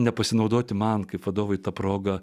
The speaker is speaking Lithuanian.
nepasinaudoti man kaip vadovui ta proga